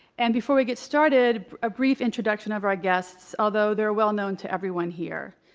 and before we get started, a brief introduction of our guests, although they're well-known to everyone here.